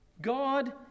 God